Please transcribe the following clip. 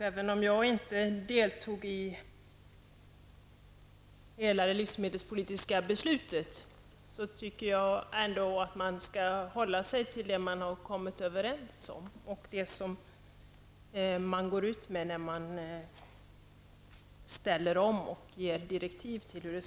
Även om jag inte deltog i det livsmedelspolitiska beslutet, tycker jag att man skall hålla sig till vad man har kommit överens om och hålla fast vid direktiven.